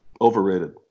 Overrated